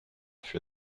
fut